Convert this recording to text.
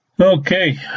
Okay